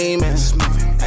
Amen